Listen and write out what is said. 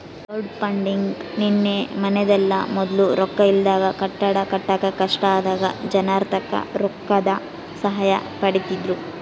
crowdfunding ನಿನ್ನೆ ಮನ್ನೆದಲ್ಲ, ಮೊದ್ಲು ರೊಕ್ಕ ಇಲ್ದಾಗ ಕಟ್ಟಡ ಕಟ್ಟಾಕ ಕಷ್ಟ ಆದಾಗ ಜನರ್ತಾಕ ರೊಕ್ಕುದ್ ಸಹಾಯ ಪಡೀತಿದ್ರು